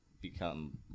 become